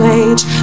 age